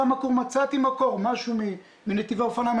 מקור, משהו מנתיבי אופניים.